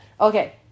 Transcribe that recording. Okay